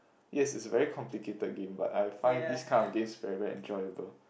yes it's a very complicated game but I find these kind of games very very enjoyable